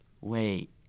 Wait